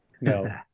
no